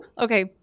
Okay